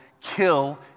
kill